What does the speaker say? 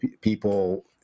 people